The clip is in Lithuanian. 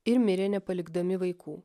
ir mirė nepalikdami vaikų